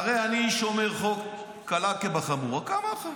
הרי אני איש שומר חוק קלה כבחמורה, כמוך.